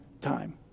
time